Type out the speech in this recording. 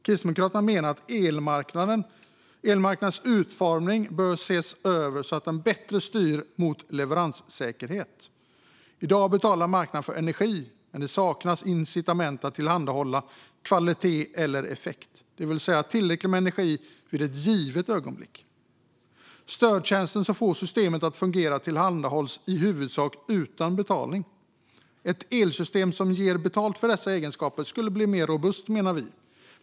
Kristdemokraterna menar att elmarknadens utformning bör ses över, så att den bättre styr mot leveranssäkerhet. I dag betalar marknaden för energi, men det saknas incitament att tillhandahålla kvalitet eller effekt, det vill säga tillräckligt med energi vid ett givet ögonblick. Stödtjänster som får systemet att fungera tillhandahålls i huvudsak utan betalning. Ett elsystem som ger betalt för dessa egenskaper skulle bli mer robust, menar vi.